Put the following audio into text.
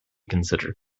consider